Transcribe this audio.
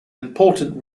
important